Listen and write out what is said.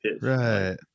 right